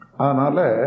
anale